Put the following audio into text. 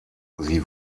sie